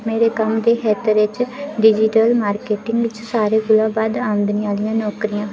मेरे कम्म दे खेत्तरै च डिजिटल मार्केटिंग च सारे कोला बद्ध आमदनी आह्लियां नौकरियां